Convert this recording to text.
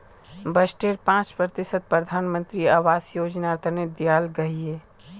बजटेर पांच प्रतिशत प्रधानमंत्री आवास योजनार तने दियाल गहिये